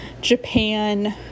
Japan